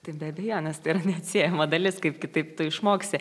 tai be abejonės tai yra neatsiejama dalis kaip kitaip išmoksi